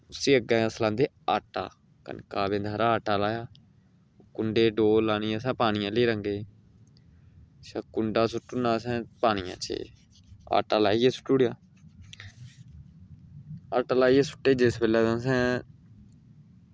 उसी अग्गें अस लागे आटा कनका दा असें बिंद हारा आटा लाया कुंडै गी डोर लानी असें पानी आह्ले रंगै दी ते अच्छा कुंडा सुट्टी ओड़ना असें पानियै च आटा लाइयै सुट्टी ओड़ेआ आटा लाइयै सुट्टेआ जिस बेल्लै असें